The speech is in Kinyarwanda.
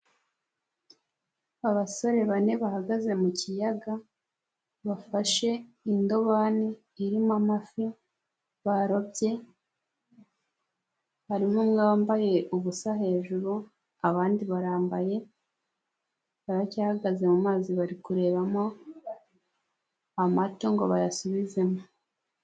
Abasore bane bahagaze mu kiyaga bafashe indobani irimo amafi barobye, harimo umwe wambaye ubusa hejuru abandi barambaye baracyahagaze mu mazi bari kurebamo amato ngo bayasubizemo.